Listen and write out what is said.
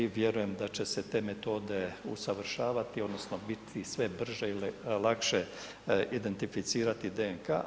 Vjerujem da će se te metode usavršavati odnosno biti sve brže i lakše identificirati DNK.